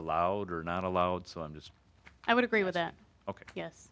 allowed or not allowed so i'm just i would agree with that ok yes